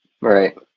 right